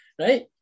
right